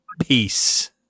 Peace